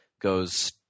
goes